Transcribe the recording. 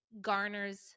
garners